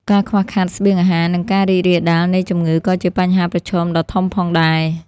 ការខ្វះខាតស្បៀងអាហារ និងការរីករាលដាលនៃជំងឺក៏ជាបញ្ហាប្រឈមដ៏ធំផងដែរ។